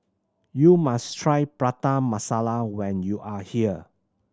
you must try Prata Masala when you are here